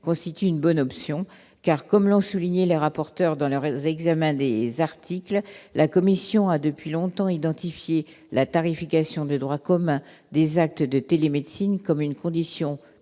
constitue une bonne option, car comme l'ont souligné les rapporteurs dans heure est aux examens, des articles, la commission a depuis longtemps identifié la tarification de droit commun, des actes de télémédecine comme une condition préalable